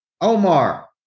Omar